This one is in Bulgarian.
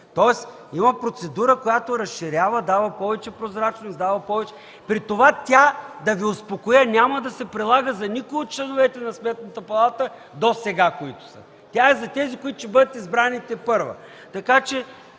Тоест има процедура, която разширява, дава повече прозрачност, дава повече … При това, да Ви успокоя, тя няма да се прилага за никой от членовете на Сметната палата, които са досега. Тя е за тези, които ще бъдат избрани тепърва. Така че